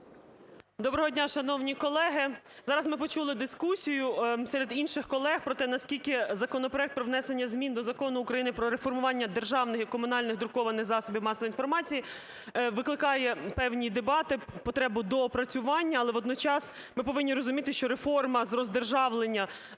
Доброго дня, шановні колеги! Зараз ми почули дискусію серед інших колег про те, наскільки законопроект про внесення змін до Закону України "Про реформування державних і комунальних друкованих засобів масової інформації" викликає певні дебати, потреби доопрацювання. Але водночас ми повинні розуміти, що реформа з роздержавлення